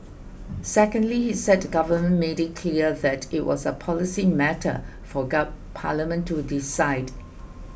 secondly he said the government made it clear that it was a policy matter for parliament to decide